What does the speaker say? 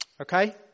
Okay